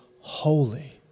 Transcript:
holy